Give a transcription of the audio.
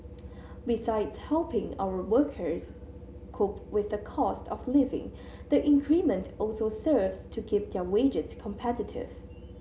besides helping our workers cope with the cost of living the increment also serves to keep their wages competitive